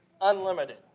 unlimited